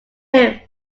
him